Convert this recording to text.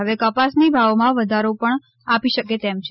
હવે કપાસની ભાવમાં વધારો પણ આપી શકે તેમ છે